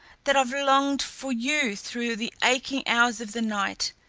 that i've longed for you through the aching hours of the night,